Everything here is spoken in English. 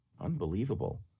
Unbelievable